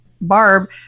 Barb